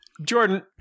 Jordan